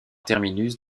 terminus